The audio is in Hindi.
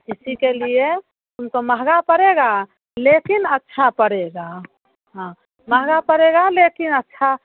इसी के लिए तुमको महंगा पड़ेगा लेकिन अच्छा पड़ेगा हाँ महंगा पड़ेगा लेकिन अच्छा